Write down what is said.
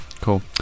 Cool